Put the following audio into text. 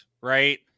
right